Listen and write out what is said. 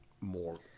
more